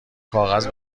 کاغذ